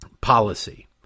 policy